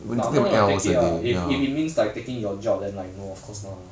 no I'm not going to take it lah if if it means like taking your job then like no of course not lor